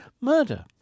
murder